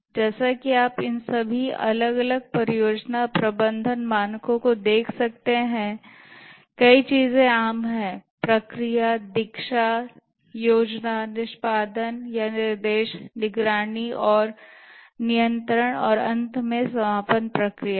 जैसा कि आप इन सभी अलग अलग परियोजना प्रबंधन मानकों को देख सकते हैं कई चीजें आम हैं प्रक्रियाएं दीक्षा योजना निष्पादन या निर्देशन निगरानी और नियंत्रण और अंत में समापन प्रक्रियाएं